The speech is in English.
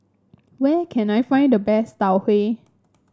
where can I find the best Tau Huay